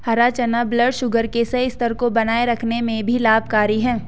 हरा चना ब्लडशुगर के सही स्तर को बनाए रखने में भी लाभकारी है